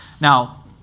Now